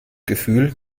gefühl